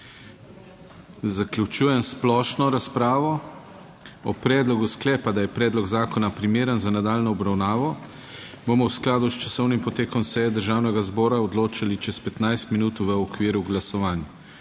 Zaključujem splošno razpravo. O predlogu sklepa, da je predlog zakona primeren za nadaljnjo obravnavo bomo v skladu s časovnim potekom seje Državnega zbora odločali čez 15 minut v okviru glasovanj.